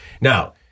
Now